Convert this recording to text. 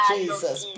Jesus